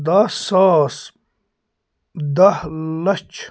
دَہ ساس دَہ لَچھ